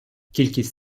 кількість